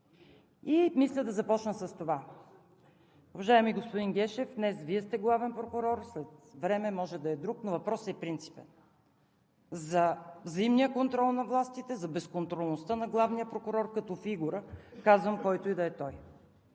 И мисля да започна с това. Уважаеми господин Гешев, днес Вие сте главен прокурор, след време може да е друг. Но въпросът е принципен: за взаимния контрол на властите, за безконтролността на главния прокурор като фигура – казвам който и да е той.